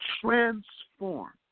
transform